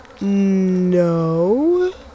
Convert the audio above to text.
No